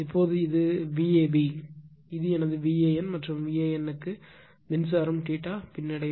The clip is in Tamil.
இப்போது இது இது Vab இது எனது VAN மற்றும் VAN க்கு மின்சாரம் பின்னடைவு